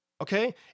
Okay